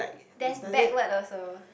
there's backward also